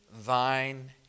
thine